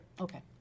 Okay